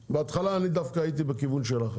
בהתחלה מיכל, אני דווקא הייתי בכיוון שלך,